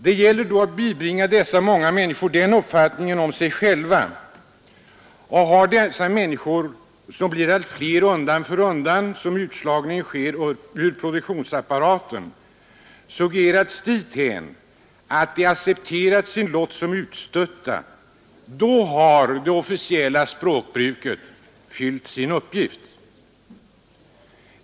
Det gäller att bibringa dessa många människor denna uppfattning om sig själva, och har dessa människor — som blir allt fler undan för undan som utslagningen sker ur produktionsapparaten — suggererats dithän att de accepterat sin roll som utstötta, då har det officiella språkbruket fyllt sin uppgift.